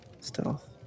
stealth